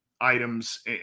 items